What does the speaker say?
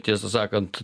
tiesą sakant